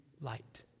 light